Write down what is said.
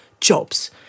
jobs